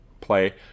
play